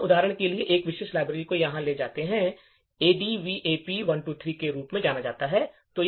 हम उदाहरण के लिए एक विशेष लाइब्रेरी को यहां ले जाते हैं जिसे ADVAP123 के रूप में जाना जाता है